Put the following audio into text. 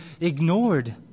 ignored